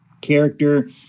character